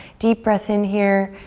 deep breath in here,